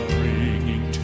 bringing